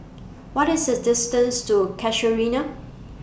What IS The distance to Casuarina